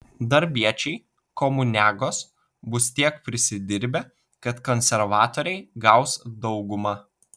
darbiečiai komuniagos bus tiek prisidirbę kad konservatoriai gaus daugumą